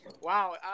wow